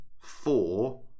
four